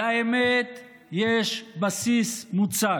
לאמת יש בסיס מוצק.